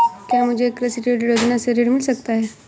क्या मुझे कृषि ऋण योजना से ऋण मिल सकता है?